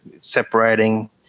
separating